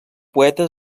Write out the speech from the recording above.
poeta